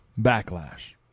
backlash